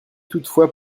toutefois